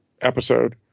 episode